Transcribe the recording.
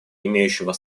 имеющего